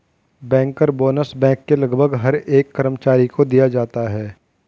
banker bonus bank के लगभग हर एक कर्मचारी को दिया जाता है